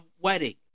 wedding